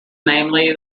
namely